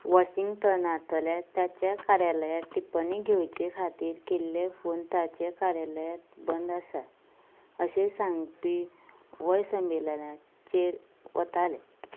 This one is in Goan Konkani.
वॉशिंग्टनांतल्या ताच्या कार्यालयांत टिप्पणी घेवचे खातीर केल्ले फोन ताचें कार्यालयात बंद आसा अशें सांगपी व्हॉयसमेलाचेर वतालें